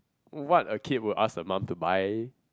what a kid would ask a mum to buy